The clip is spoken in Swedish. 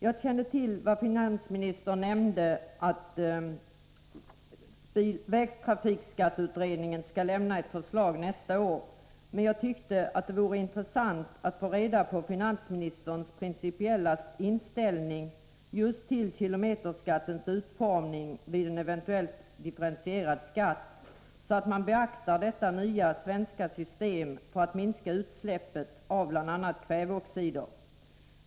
Jag kände till vad finansministern nämnde i sitt svar — att vägtrafikskatteutredningen skall lämna ett förslag nästa år — men jag tyckte att det vore intressant att få reda på finansministerns principiella inställning just till kilometerskattens utformning och till möjligheterna att vid en eventuell differentiering av skatten beakta detta nya svenska system för att minska utsläppet av bl.a. kväveoxider.